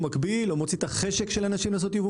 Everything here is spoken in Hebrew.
או מוציא את החשק של אנשים לעשות ייבוא